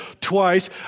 twice